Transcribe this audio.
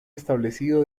establecido